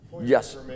Yes